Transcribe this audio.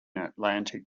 atlantic